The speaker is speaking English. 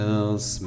else